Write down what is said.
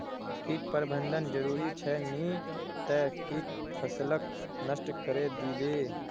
कीट प्रबंधन जरूरी छ नई त कीट फसलक नष्ट करे दीबे